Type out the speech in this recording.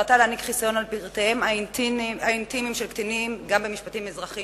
התשס"ט 2009, של חברת הכנסת אורלי